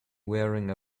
wearing